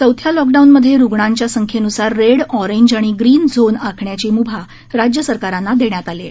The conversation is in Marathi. चौथ्या लॉकडाऊनमधे रूग्णांच्या संख्येन्सार रेड ऑरेंज आणि ग्रिन झोन आखण्याची म्भा राज्य सरकारांना देण्यात आली आहे